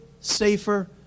safer